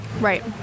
Right